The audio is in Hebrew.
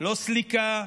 לא סליקה,